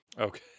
Okay